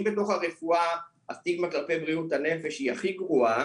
אם בתוך הרפואה הסטיגמה כלפי בריאות הנפש היא הכי גרועה,